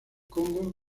congo